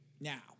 Now